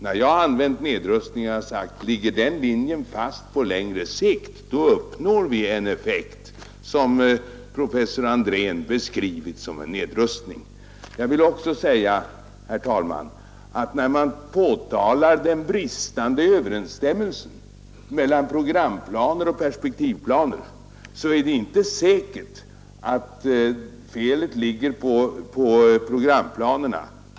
När jag nämnt nedrustning har jag sagt att ligger den linjen fast på längre sikt, så uppnår vi en effekt som professor Andrén beskrivit som en nedrustning. Jag vill också säga, herr talman, att när man påtalar den bristande överensstämmelsen mellan programplaner och perspektivplaner är det inte säkert att felet ligger på programplanerna.